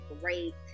great